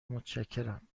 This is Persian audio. متشکرم